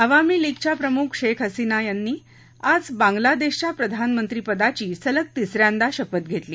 अवामी लीगच्या प्रमुख शेख हसीना यांन आज बांगलादेशच्या प्रधानमंत्रीपदाची सलग तिस यांदा शपथ घेती